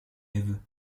ève